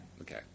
Okay